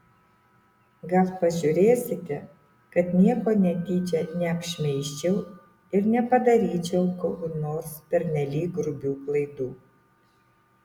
gal pažiūrėsite kad nieko netyčia neapšmeižčiau ir nepadaryčiau kur nors pernelyg grubių klaidų